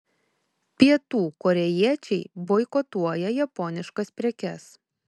pietų korėjiečiai boikotuoja japoniškas prekes